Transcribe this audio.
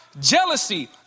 jealousy